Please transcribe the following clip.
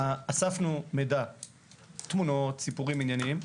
אספנו מידע, תמונות, סיפורים, עניינים.